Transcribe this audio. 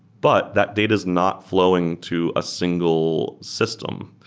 but that data is not flowing to a single system.